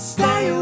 Stay